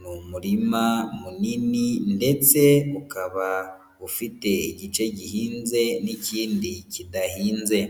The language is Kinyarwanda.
ni umurima munini ndetse ukaba ufite igice gihinze n'ikindi kidahinze.